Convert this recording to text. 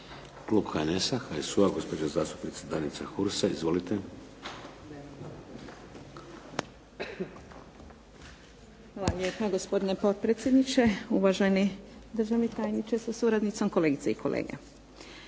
Klub HNS-HSU-a, gospođa zastupnica Danica Hursa. Izvolite. **Hursa, Danica (HNS)** Hvala lijepa gospodine potpredsjedniče, uvaženi državni tajniče sa suradnicom, kolegice i kolege.